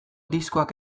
diskoak